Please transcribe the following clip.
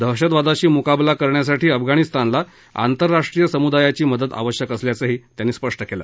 दहशतवादाशी मुकाबला करण्यासाठी अफगाणिस्तानला आंतरराष्ट्रीय समुदायाची मदत आवश्यक असल्याचंही त्यानी सांगितलं